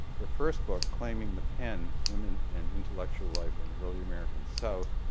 her first book, claiming the pen women and intellectual life in the early american south,